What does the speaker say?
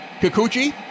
Kikuchi